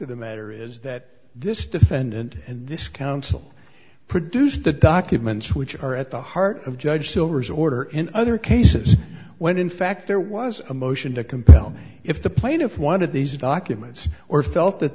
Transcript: of the matter is that this defendant and this counsel produced the documents which are at the heart of judge silver's order in other cases when in fact there was a motion to compel me if the plaintiff one of these documents or felt that